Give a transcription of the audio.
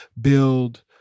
build